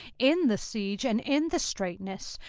in the siege, and in the straitness,